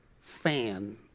fan